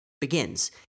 begins